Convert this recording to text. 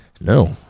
No